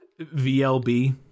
VLB